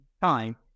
time